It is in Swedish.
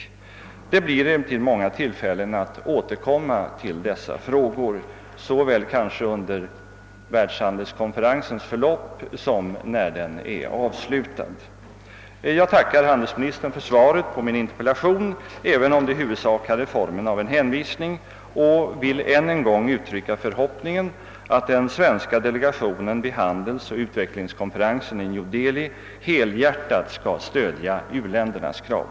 Det blir emellertid många tillfällen att återkomma till dessa frågor — kanske både under världshandelskonferensens förlopp och när den är avslutad. Jag tackar handelsministern för svaret på min interpellation även om det i huvudsak hade formen av en hänvisning — och vill än en gång uttrycka förhoppningen att den svenska delegationen vid handelsoch utvecklingskonferensen i New Delhi helhjärtat skall stödja u-ländernas krav.